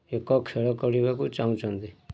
ଏକ ଖେଳ ଖେଳିବାକୁ ଚାହୁଁଛନ୍ତି